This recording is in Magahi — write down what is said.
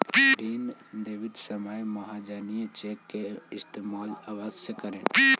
ऋण देवित समय महाजनी चेक के इस्तेमाल अवश्य करऽ